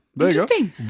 Interesting